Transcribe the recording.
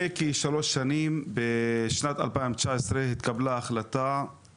ביוני, בנושא הצעה לדיון מהיר בנושא: